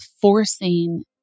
forcing